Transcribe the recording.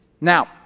Now